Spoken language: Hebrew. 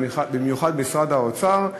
ובמיוחד משרד האוצר,